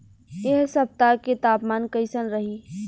एह सप्ताह के तापमान कईसन रही?